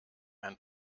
ein